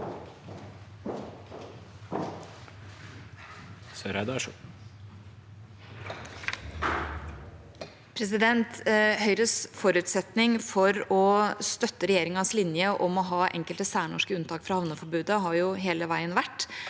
Høyres forutset- ning for å støtte regjeringas linje om å ha enkelte særnorske unntak fra havneforbudet har hele veien vært